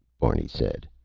barney said.